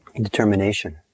determination